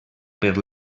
per